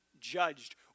judged